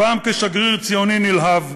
הפעם כשגריר ציוני נלהב,